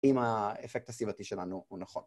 אם האפקט הסיבתי שלנו הוא נכון.